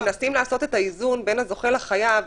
מנסים לעשות את האיזון בין הזוכה לחייב.